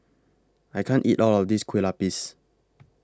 I can't eat All of This Kueh Lapis